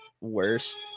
worst